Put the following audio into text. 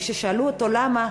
כששאלנו אותו למה,